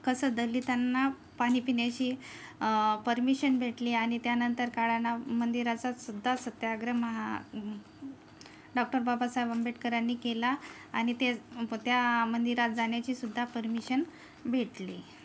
कसं दलितांना पाणी पिण्याची परमिशन भेटली आणि त्यानंतर काळाराम मंदिराचा सुद्धा सत्याग्रह महा डॉक्टर बाबासाहेब आंबेडकरांनी केला आणि तेच त्या मंदिरात जाण्याची सुद्धा परमिशन भेटली